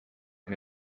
and